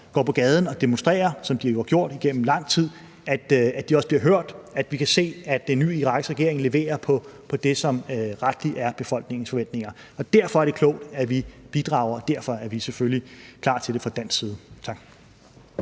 går på gaden og demonstrerer, som de jo har gjort igennem lang tid, også bliver hørt, og at vi kan se, at den nye irakiske regering leverer på det, som retligt er befolkningens forventninger. Derfor er det klogt, at vi bidrager, og derfor er vi selvfølgelig klar til det fra dansk side. Tak.